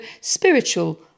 spiritual